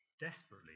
desperately